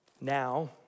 Now